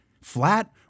flat